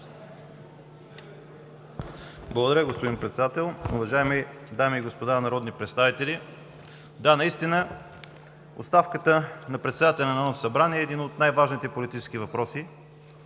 Благодаря, госпожо Председател. Уважаеми дами и господа народни представители! Наистина оставката на председателя на Народното събрание е един от най важните политически въпроси.